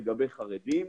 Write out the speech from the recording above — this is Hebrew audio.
וחרדים,